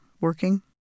working